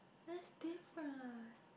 that's different